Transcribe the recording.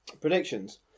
predictions